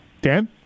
Dan